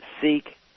seek